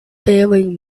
faring